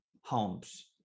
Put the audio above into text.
homes